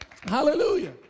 Hallelujah